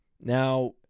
Now